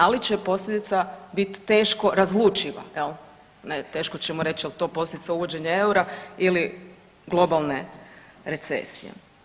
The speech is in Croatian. Ali će posljedica biti teško razlučiva, teško ćemo reći je li to posljedica uvođenja eura ili globalne recesije.